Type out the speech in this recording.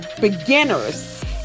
beginners